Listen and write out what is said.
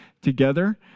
together